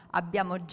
abbiamo